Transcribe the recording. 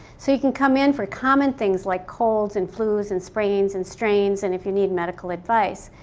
so, you can come in for common things like colds and flus and sprains and strains and if you need medical advice.